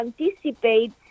anticipate